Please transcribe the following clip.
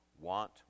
want